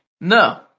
no